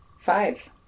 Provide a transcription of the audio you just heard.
Five